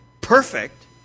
perfect